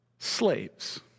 Slaves